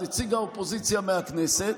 נציג האופוזיציה מהכנסת,